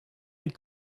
had